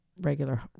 regular